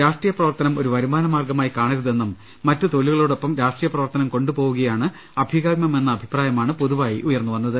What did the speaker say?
രാഷ്ട്രീയ പ്രവർത്തനം ഒരു വരുമാന മാർഗമായി കാണരുതെന്നും മറ്റു തൊഴിലുകളോടൊപ്പം രാഷ്ട്രീയ പ്രവർത്തനം കൊണ്ടുപോവുകയാണ് അഭികാമ്യമെന്ന അഭിപ്രായമാണ് പൊതുവായി ഉയർന്നുവന്നത്